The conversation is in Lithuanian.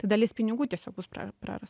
tai dalis pinigų tiesiog bus pra prarasta